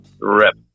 rip